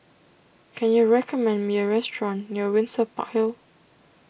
can you recommend me a restaurant near Windsor Park Hill